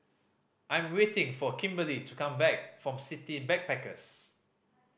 I'm waiting for Kimberli to come back from City Backpackers